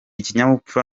ikinyabupfura